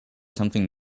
something